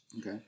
Okay